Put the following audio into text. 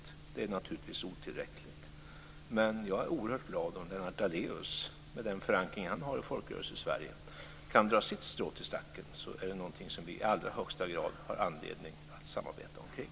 Detta är naturligtvis otillräckligt men jag är oerhört glad om Lennart Daléus, med den förankring som han har i Folkrörelsesverige, kan dra sitt strå till stacken. Det är något som vi i allra högsta grad har anledning att samarbeta kring.